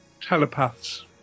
telepaths